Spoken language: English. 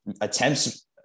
attempts